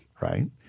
right